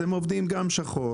אז הם עובדים בשחור.